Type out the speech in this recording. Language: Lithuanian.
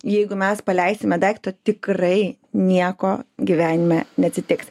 jeigu mes paleisime daikto tikrai nieko gyvenime neatsitiks